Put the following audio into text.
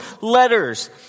letters